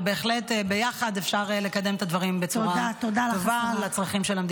ובהחלט אפשר לקדם ביחד את הדברים בצורה טובה לצרכים של המדינה.